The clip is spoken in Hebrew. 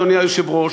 אדוני היושב-ראש,